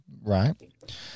Right